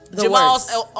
Jamal's